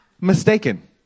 mistaken